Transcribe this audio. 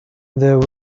there